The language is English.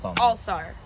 all-star